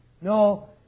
No